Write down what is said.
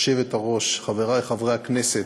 חברי חברי הכנסת,